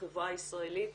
החברה הישראלית,